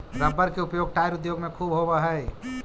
rubber के उपयोग tyre उद्योग में ख़ूब होवऽ हई